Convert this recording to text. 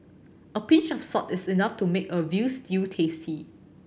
a pinch of salt is enough to make a veal stew tasty